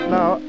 Now